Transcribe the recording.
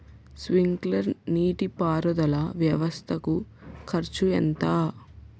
Sprinkler నీటిపారుదల వ్వవస్థ కు ఖర్చు ఎంత?